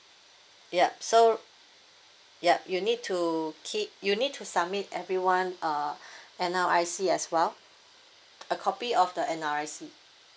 yup so yup you need to keep you need to submit everyone uh N_R_I_C as well a copy of the N_R_I_C